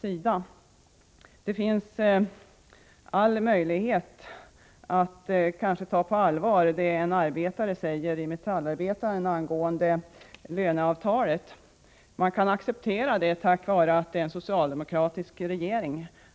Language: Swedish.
sida blåser under. Det finns all anledning att ta på allvar det som en arbetare i tidningen Metallarbetaren säger angående löneavtalet: Man kan acceptera det, tack vare att det är en socialdemokratisk regering.